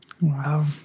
Wow